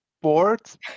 sports